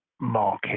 market